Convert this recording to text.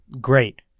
Great